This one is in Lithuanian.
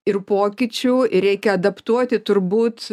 ir pokyčių ir reikia adaptuoti turbūt